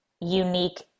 unique